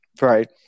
Right